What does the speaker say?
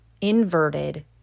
inverted